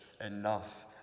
enough